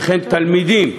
וכן תלמידים,